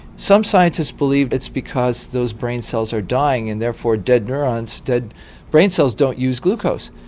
some scientists believe it's because those brain cells are dying and therefore dead neurons, dead brain cells don't use glucose.